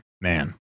man